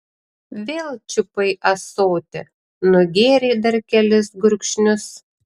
vėl čiupai ąsotį nugėrei dar kelis gurkšnius